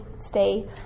stay